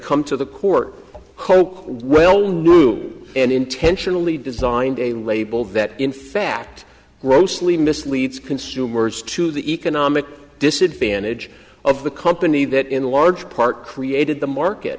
come to the court coke well knew and intentionally designed a label that in fact grossly misleads consumers to the economic disadvantage of the company that in large part created the market